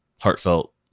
Heartfelt